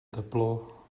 teplo